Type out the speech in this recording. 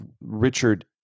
Richard